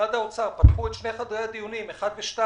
במשרד האוצר, פתחו את שני חדרי הדיון, אחד ושניים,